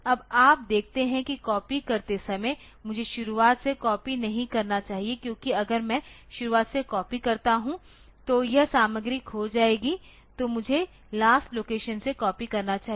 अब आप देखते हैं कि कॉपी करते समय मुझे शुरुआत से कॉपी नहीं करना चाहिए क्योंकि अगर मैं शुरुआत से कॉपी करता हूं तो यह सामग्री खो जाएगी तो मुझे लास्ट लोकेशन से कॉपी करना चाहिए